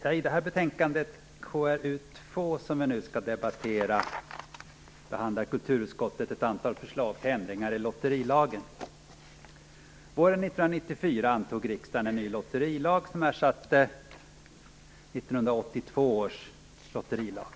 Fru talman! I det betänkande KrU2 som vi nu skall debattera behandlar kulturutskottet ett antal förslag till ändringar i lotterilagen. Våren 1994 antog riksdagen en ny lotterilag, som ersatte 1982 års lotterilag.